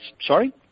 Sorry